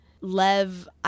Lev